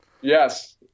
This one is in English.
Yes